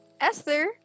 Esther